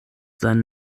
sein